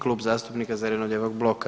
Klub zastupnika zeleno-lijevog bloka.